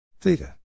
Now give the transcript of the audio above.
theta